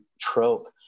trope